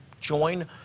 join